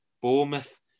Bournemouth